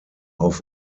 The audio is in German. auf